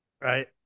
right